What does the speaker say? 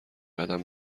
قدم